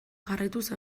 jarraituz